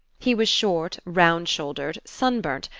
he was short, round-shouldered, sunburnt,